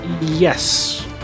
Yes